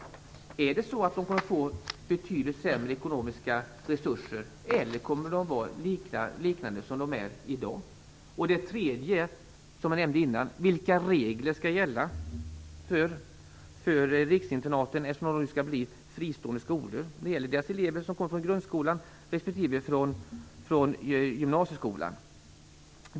Är det så att riksinternatskolorna kommer att få betydligt sämre ekonomiska resurser, eller kommer resurserna att vara desamma som i dag? Den tredje frågan är den jag nämnde tidigare: Vilka regler skall gälla för riksinternaten - eftersom de nu skall bli fristående skolor - när det gäller de elever som kommer från grundskolan respektive från gymnasieskolan?